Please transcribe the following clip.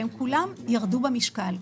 והם כולם ירדו במשקל.